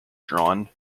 drawn